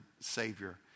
Savior